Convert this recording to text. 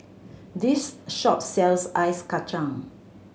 this shop sells Ice Kachang